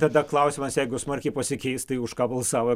tada klausimas jeigu smarkiai pasikeis tai už ką balsavo